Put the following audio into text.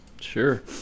Sure